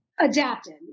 adapted